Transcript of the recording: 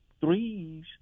threes